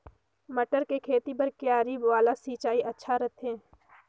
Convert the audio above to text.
मटर के खेती बर क्यारी वाला सिंचाई अच्छा रथे?